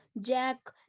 Jack